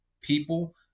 people